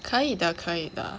可以的可以的